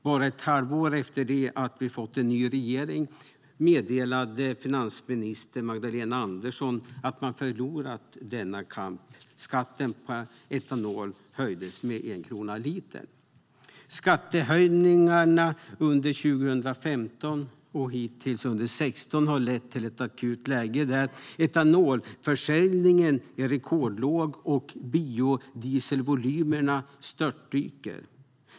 Bara ett halvår efter det att vi fått en ny regering meddelade finansminister Magdalena Andersson att man förlorat denna kamp. Skatten på etanol höjdes med en krona litern. Skattehöjningarna från 2015 och hittills under 2016 har lett till ett akut läge där etanolförsäljningen är rekordlåg och biodieselvolymerna störtdyker.